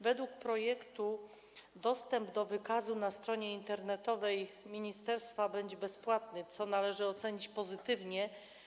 Według projektu dostęp do wykazu na stronie internetowej ministerstwa będzie bezpłatny, co należy ocenić pozytywnie.